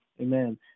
Amen